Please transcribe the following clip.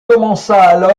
commença